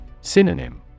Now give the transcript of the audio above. Synonym